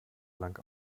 lang